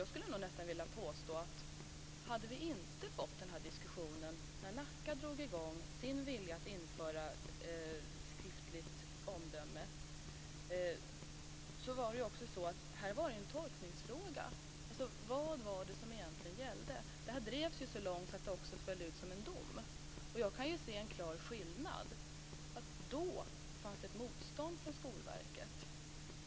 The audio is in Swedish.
Jag skulle nog nästan vilja påstå att vi fick den här diskussionen när man i Nacka drog i gång med sin vilja att införa skriftligt omdöme. Det var ju också så att det här var en tolkningsfråga: Vad var det som egentligen gällde? Det här drevs ju så långt att det också föll ut som en dom. Jag kan se en klar skillnad: Då fanns det ett motstånd från Skolverket.